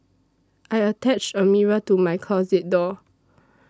I attached a mirror to my closet door